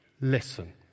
listen